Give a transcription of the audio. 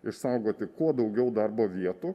išsaugoti kuo daugiau darbo vietų